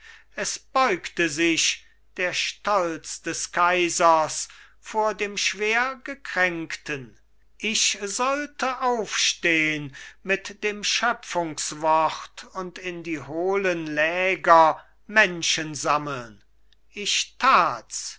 es beugte sich der stolz des kaisers vor dem schwergekränkten ich sollte aufstehn mit dem schöpfungswort und in die hohlen läger menschen sammeln ich tats